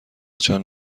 چند